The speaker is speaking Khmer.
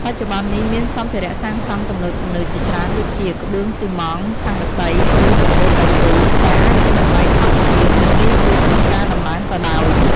បច្ចុប្បន្ននេះមានសម្ភារៈសាងសង់ទំនើបៗជាច្រើនដូចជា ក្បឿងស៊ីម៉ងត៍ ស័ង្កសី ឬដំបូលកៅស៊ូ ដែលអាចមានតម្លៃថោកជាង និងងាយស្រួលក្នុងការតម្លើងក៏ដោយ។